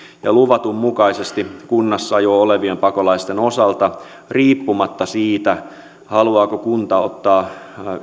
ja luvatun mukaisesti kunnassa jo olevien pakolaisten osalta riippumatta siitä haluaako kunta ottaa